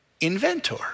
inventor